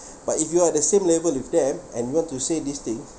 but if you are the same level with them and you want to say this thing